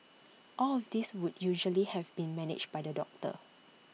all of this would usually have been managed by the doctor